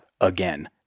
again